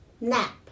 nap